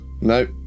Nope